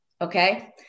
Okay